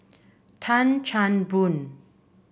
Tan Chan Boon